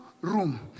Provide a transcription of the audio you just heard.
room